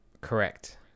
Correct